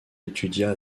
étudia